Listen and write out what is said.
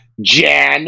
Jan